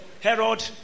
Herod